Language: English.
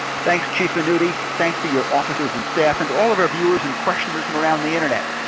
thanks chief venuti, thanks to your officers and staff, and to all of our viewers and questioners from around the internet.